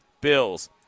Bills